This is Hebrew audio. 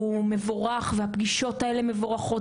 הוא מבורך, והפגישות האלה מבורכות.